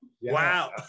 wow